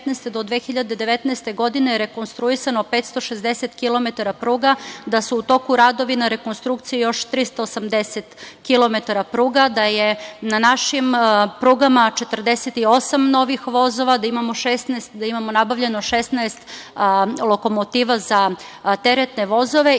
do 2019. godine rekonstruisano 560 kilometara pruga, da su u toku radovi na rekonstrukciji još 380 kilometara pruga, da je na našim prugama 48 novih vozova, da imamo nabavljeno 16 lokomotiva za teretne vozove. Sada,